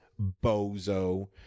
bozo